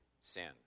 sin